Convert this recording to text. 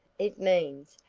it means,